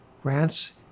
Grants